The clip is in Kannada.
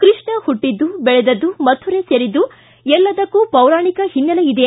ಕೃಷ್ಣ ಪುಟ್ಟಿದ್ದು ಬೆಳೆದಿದ್ದು ಮಥುರೆ ಸೇರಿದ್ದು ಎಲ್ಲದಕ್ಕೂ ಪೌರಾಣಿಕ ಹಿನ್ನೆಲೆ ಇದೆ